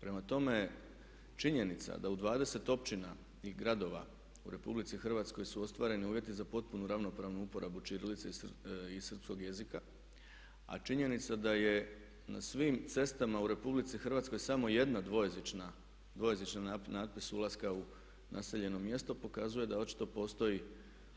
Prema tome, činjenica da u 20 općina i gradova u RH su ostvareni uvjeti za potpunu ravnopravnu uporabu ćirilice i srpskog jezika a činjenica da je na svim cestama u RH samo je dvojezična, natpis ulaska u naseljeno mjesto pokazuje da očito postoji